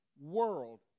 world